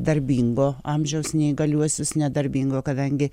darbingo amžiaus neįgaliuosius nedarbingo kadangi